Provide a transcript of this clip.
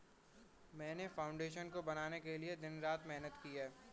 मैंने फाउंडेशन को बनाने के लिए दिन रात मेहनत की है